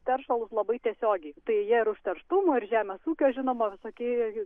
teršalus labai tiesiogiai tai jie ir užterštumo ir žemės ūkio žinoma visokie